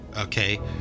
okay